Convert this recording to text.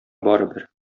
барыбер